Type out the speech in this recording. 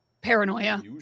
paranoia